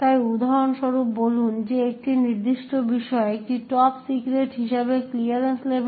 তাই উদাহরণ স্বরূপ বলুন যে একটি নির্দিষ্ট বিষয় একটি টপ সেক্রেট হিসাবে ক্লিয়ারেন্স লেভেল